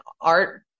art